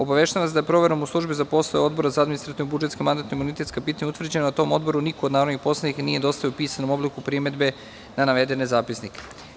Obaveštavam vas da je proverom u Službi za poslove Odbora za administrativno-budžetska i mandatno-imunitetska pitanja utvrđeno da tom odboru niko od narodnih poslanika nije dostavio u pisanom obliku primedbe na navedene zapisnike.